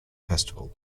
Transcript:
festival